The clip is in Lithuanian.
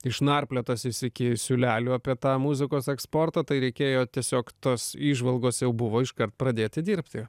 išnarpliotas jis iki siūlelių apie tą muzikos eksportą tai reikėjo tiesiog tos įžvalgos jau buvo iškart pradėti dirbti